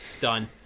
done